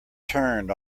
turned